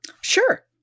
Sure